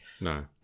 No